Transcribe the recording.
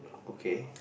okay